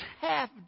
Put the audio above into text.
half